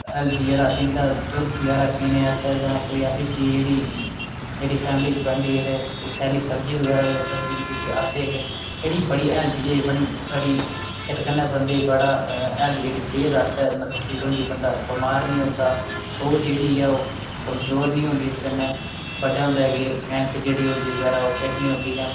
healthy जेह्ड़ा असें गी दुद्ध बगैरा पीने आस्तै जां कोई ऐसी चीज जेह्ड़ी जेह्ड़ी फैमिली पर डिपेंड ही ते ओह् सैल्ली सब्जी बगैरा बी आखदे हे कि बड़ी जेह्ड़ी हैल्दी ऐ एह् ब बड़ी इत्त कन्नै बंदे गी बड़ा हैल्दी जेह्ड़ी सेह्त आस्तै मतलब ठीक रौंह्दी बंदा बमार निं होंदा सोझ जेह्ड़ी ऐ ओह् कमजोर निं होंदी इत्त कन्नै बड्डा होंदे कन्नै ऐनक जेह्ड़ी होंदी बगैरा ओह् फिट निं होंदी जां